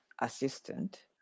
assistant